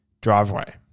driveway